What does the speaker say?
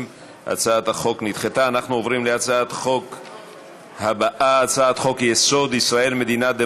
אנחנו מצביעים על הצעת חוק יום הזיכרון לנכבה,